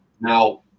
now